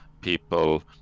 people